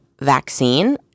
vaccine